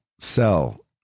sell